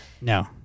No